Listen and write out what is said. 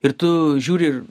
ir tu žiūri ir